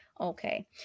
okay